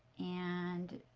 and